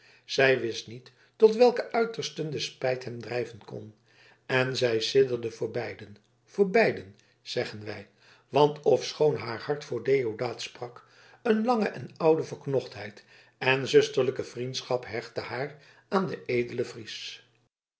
zij wist niet tot welke uitersten de spijt hem drijven kon en zij sidderde voor beiden voor beiden zeggen wij want ofschoon haar hart voor deodaat sprak een lange en oude verknochtheid en zusterlijke vriendschap hechtte haar aan den edelen fries